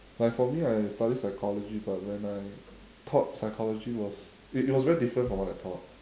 like for me I study psychology but when I thought psychology it was it was very different from what I thought